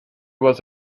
was